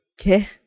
Okay